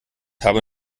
habe